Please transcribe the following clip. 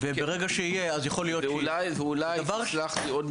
ואולי, ואל תיפגעו,